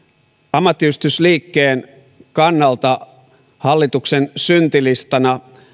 ammattiyhdistysliikkeen kannalta hallituksen syntilistana